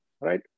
right